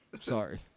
Sorry